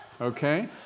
Okay